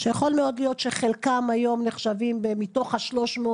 שיכול מאוד להיות שחלקם היום נחשבים מתוך ה-300,